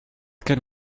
can